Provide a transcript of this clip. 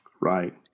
Right